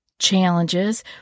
challenges